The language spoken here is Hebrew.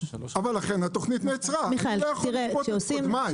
אני לא יכול לשפוט את קודמיי.